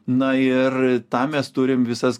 na ir tam mes turim visas